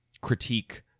critique